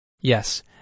Yes